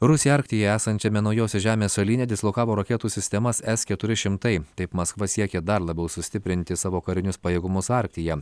rusija arktyje esančiame naujosios žemės salyne dislokavo raketų sistemas s keturi šimtai taip maskva siekia dar labiau sustiprinti savo karinius pajėgumus arktyje